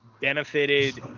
benefited